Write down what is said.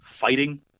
fighting